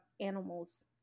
animals